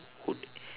would